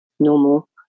normal